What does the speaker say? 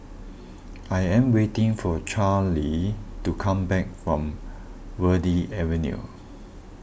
I am waiting for Charlee to come back from Verde Avenue